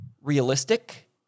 realistic